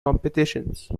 competitions